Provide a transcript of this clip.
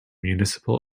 municipal